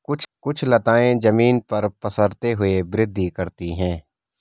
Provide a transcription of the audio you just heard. कुछ लताएं जमीन पर पसरते हुए वृद्धि करती हैं